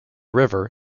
river